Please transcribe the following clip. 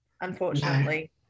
unfortunately